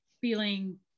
feeling